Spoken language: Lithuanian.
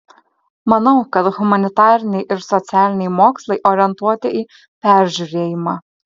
manau kad humanitariniai ir socialiniai mokslai orientuoti į peržiūrėjimą